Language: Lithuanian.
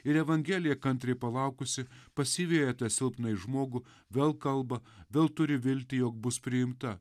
ir evangelija kantriai palaukusi pasiveja tą silpnąjį žmogų vėl kalba vėl turi viltį jog bus priimta